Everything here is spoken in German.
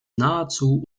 nahezu